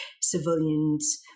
civilians